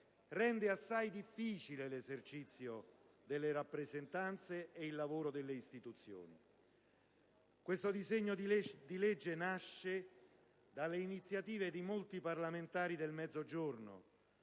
rende assai difficile l'esercizio della rappresentanza e il lavoro delle istituzioni. Questo disegno di legge nasce dalle iniziative di molti parlamentari del Mezzogiorno,